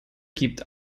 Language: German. gibt